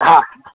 હા